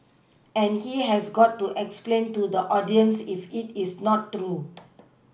and he has got to explain to the audiences if it is not true